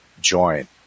join